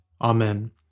Amen